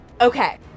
Okay